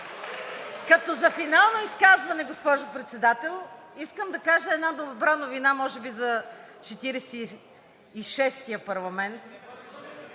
Като за финално изказване, госпожо Председател, искам да кажа една добрина новина за 46-ият парламент,